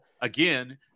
again